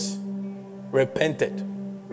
repented